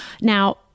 Now